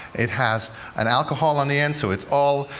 it has an alcohol on the end, so it's ol,